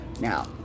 Now